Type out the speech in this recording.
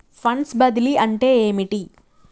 Funds బదిలీ అంటే ఏమిటి?